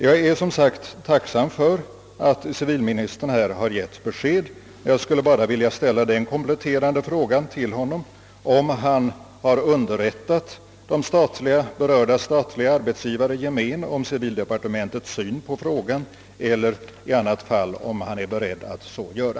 Jag är som sagt tacksam för att civilministern har gett besked härvidlag. Jag skulle bara vilja till honom ställa den kompletterande frågan, om han underrättat berörda statliga arbetsgivare i gemen om civildepartementets syn på saken, eller, i annat fall, om han är beredd att så göra.